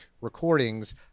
recordings